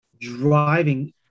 driving